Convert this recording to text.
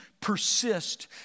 persist